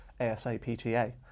ASAPTA